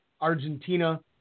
Argentina